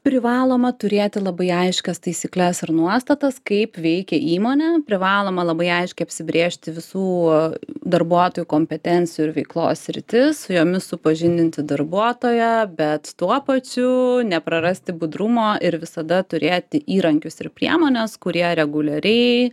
privaloma turėti labai aiškias taisykles ar nuostatas kaip veikia įmonė privaloma labai aiškiai apsibrėžti visų darbuotojų kompetencijų ir veiklos sritis su jomis supažindinti darbuotoją bet tuo pačiu neprarasti budrumo ir visada turėti įrankius ir priemones kurie reguliariai